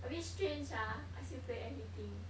a bit strange ah ask you play everything